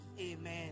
Amen